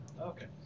okay